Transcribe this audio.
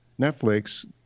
Netflix